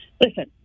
Listen